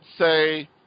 say